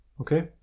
Okay